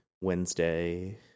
Wednesday